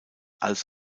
als